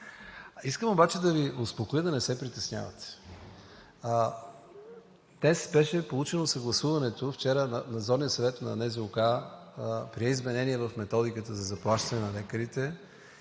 Искам обаче да Ви успокоя – да не се притеснявате. Днес беше получено съгласуването. Вчера Надзорният съвет на НЗОК прие изменение в Методиката за заплащане на лекарите